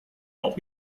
not